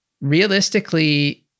realistically